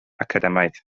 academaidd